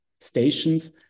stations